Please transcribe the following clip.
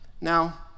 Now